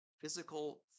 Physical